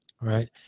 right